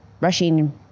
rushing